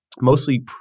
mostly